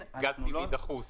גז טבעי דחוס.